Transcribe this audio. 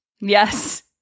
Yes